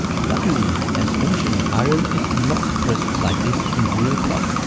luckily as mentioned iron is not present like this in real blood.